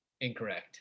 Incorrect